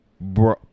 Bro